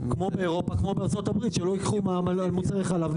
כמו באירופה וכמו בארצות הברית שלא לקוחים מע"מ על מוצרי חלב.